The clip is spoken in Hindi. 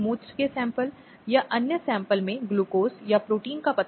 एक दुखद चोट जो अपराध के लिए उत्तरदायी है